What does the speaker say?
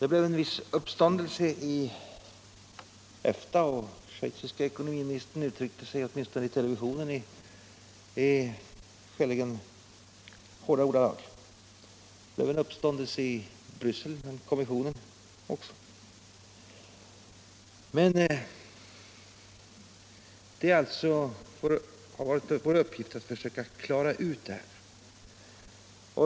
Det blev en viss uppståndelse i EFTA, och den schweiziske ekonomiministern uttryckt sig åtminstone i televisionen i skäligen hårda ordalag. Det blev uppståndelse också i Bryssel, inom EG-kommissionen. Det har varit vår uppgift att försöka klara ut detta.